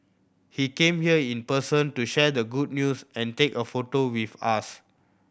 he came here in person to share the good news and take a photo with us